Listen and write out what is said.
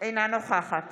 אינה נוכחת